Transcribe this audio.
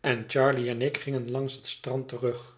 en charley en ik gingen langs het strand terug